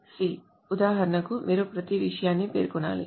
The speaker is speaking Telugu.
C ఉదాహరణకు మీరు ప్రతి విషయాన్ని పేర్కొనాలి